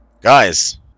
Guys